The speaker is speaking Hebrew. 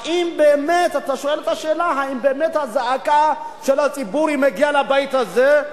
האם באמת הזעקה של הציבור מגיעה לבית הזה,